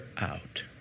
out